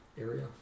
area